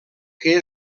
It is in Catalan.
que